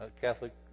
Catholic